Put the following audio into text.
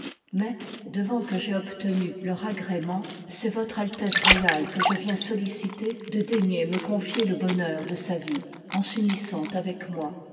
mais devant que j'aie obtenu leur agrément c'est votre al h part tesse royale que je viens solliciter de iiv l daigner me confier le bonheur de sa yie en s'unissant avec moi